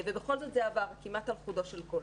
בכל זאת זה עבר כמעט על חודו של קול.